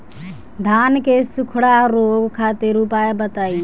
धान के सुखड़ा रोग खातिर उपाय बताई?